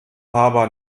harbor